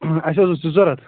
ٲں اسہِ حظ اوس یہِ ضروٗرت